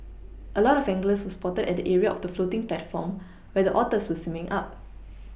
a lot of anglers were spotted at the area of the floating platform where the otters were swimming up